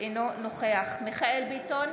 אינו נוכח מיכאל מרדכי ביטון,